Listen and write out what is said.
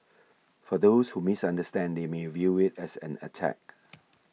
for those who misunderstand they may view it as an attack